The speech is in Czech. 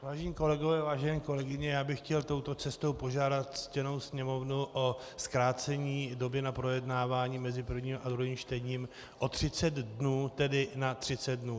Vážení kolegové, vážené kolegyně, já bych chtěl touto cestou požádat ctěnou Sněmovnu o zkrácení doby na projednávání mezi prvním a druhým čtením o třicet dnů, tedy na třicet dnů.